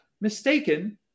mistaken